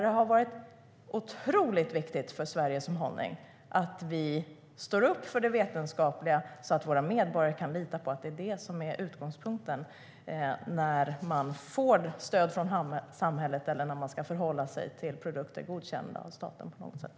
Det har varit otroligt viktigt för Sveriges hållning att vi står upp för det vetenskapliga så att våra medborgare kan lita på att det är det som är utgångspunkten när de får stöd från samhället eller när de ska förhålla sig till produkter som staten har godkänt.